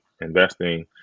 investing